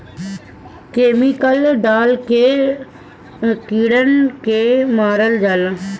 chemical डाल के कीड़न के मारल जाला